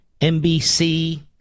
NBC